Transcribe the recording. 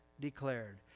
declared